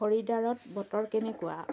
হৰিদ্বাৰত বতৰ কেনেকুৱা